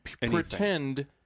pretend